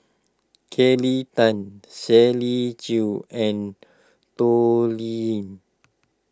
Kelly Tang Shirley Chew and Toh Liying